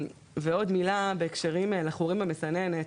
ועוד מילה בהקשרים לחורים במסננת,